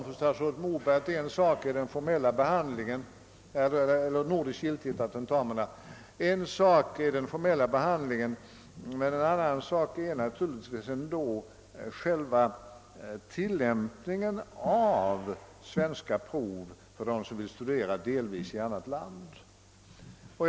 När det gäller frågan om tentaminas nordiska giltighet vill jag nämna för herr Moberg att den formella behandlingen är en sak men att värderingen av svenska prov för dem, som delvis vill studera i något annat land än vårt, är en annan fråga.